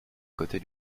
côté